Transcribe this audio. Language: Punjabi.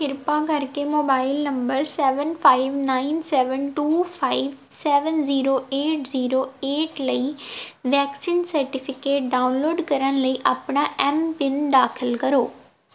ਕਿਰਪਾ ਕਰਕੇ mobile number seven five nine seven two five seven zero eight zero eight ਲਈ ਵੈਕਸੀਨ ਸਰਟੀਫਿਕੇਟ ਡਾਊਨਲੋਡ ਕਰਨ ਲਈ ਆਪਣਾ ਐੱਮਪਿੰਨ ਦਾਖਲ ਕਰੋ